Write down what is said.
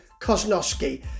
Kosnowski